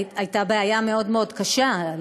הייתה בעיה מאוד מאוד קשה,